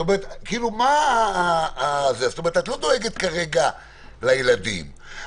זאת אומרת את לא דואגת לילדים כרגע,